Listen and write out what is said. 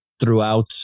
Throughout